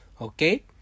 okay